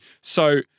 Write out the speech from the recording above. So-